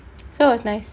so was nice